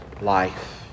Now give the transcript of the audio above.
life